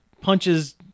punches